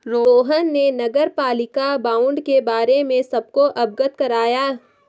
रोहन ने नगरपालिका बॉण्ड के बारे में सबको अवगत कराया